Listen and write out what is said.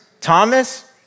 Thomas